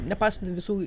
nepaisant visų